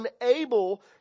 unable